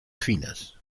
finas